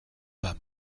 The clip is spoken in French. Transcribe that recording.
bas